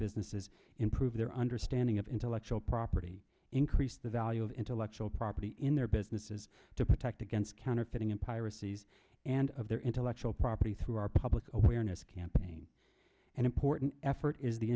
businesses improve their understanding of intellectual property increase the value of intellectual property in their businesses to protect against counterfeiting in piracies and of their intellectual property through our public awareness campaign an important effort is the